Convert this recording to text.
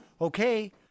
Okay